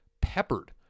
peppered